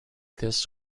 this